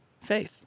faith